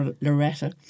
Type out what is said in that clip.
Loretta